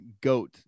GOAT